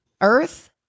earth